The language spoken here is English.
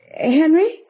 Henry